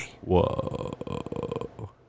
Whoa